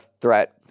threat